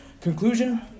conclusion